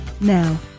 Now